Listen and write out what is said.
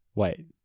wait